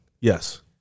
Yes